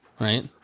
Right